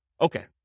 Okay